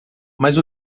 mas